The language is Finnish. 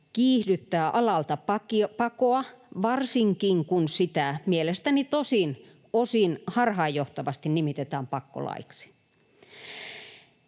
kiihdyttää alalta pakoa, varsinkin kun sitä mielestäni, tosin osin harhaanjohtavasti, nimitetään pakkolaiksi.